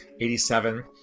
87